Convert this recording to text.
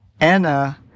Anna